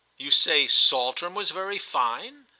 you say saltram was very fine?